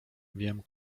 wiem